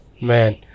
Man